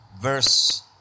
verse